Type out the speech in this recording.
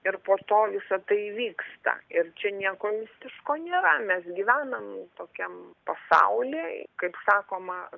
ir po to visa tai vyksta ir čia nieko mistiško nėra mes gyvenam tokiam pasauly kaip sakoma